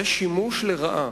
זה שימוש לרעה,